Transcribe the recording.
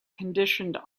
conditioned